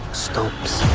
stops,